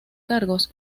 cargos